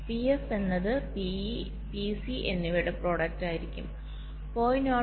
PF എന്നത് PE PC എന്നിവയുടെ product ആയിരിക്കും 0